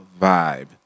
vibe